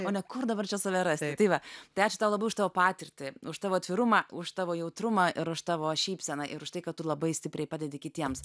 o ne kur dabar čia save rasi tai va tai ačiū tau labai už tavo patirtį už tavo atvirumą už tavo jautrumą ir už tavo šypseną ir už tai kad tu labai stipriai padedi kitiems